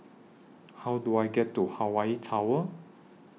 How Do I get to Hawaii Tower